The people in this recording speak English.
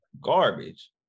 garbage